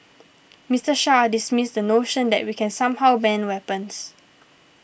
Mister Shah dismissed the notion that we can somehow ban weapons